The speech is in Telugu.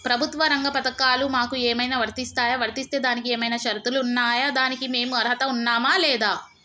ప్రభుత్వ రంగ పథకాలు మాకు ఏమైనా వర్తిస్తాయా? వర్తిస్తే దానికి ఏమైనా షరతులు ఉన్నాయా? దానికి మేము అర్హత ఉన్నామా లేదా?